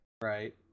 Right